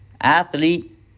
Athlete